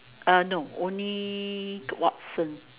uh no only Watsons